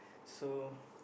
so